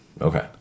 okay